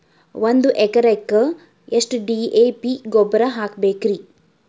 ಒಂದು ಎಕರೆಕ್ಕ ಎಷ್ಟ ಡಿ.ಎ.ಪಿ ಗೊಬ್ಬರ ಹಾಕಬೇಕ್ರಿ?